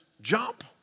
jump